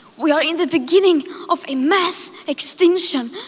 we are in the beginning of a mass extinction.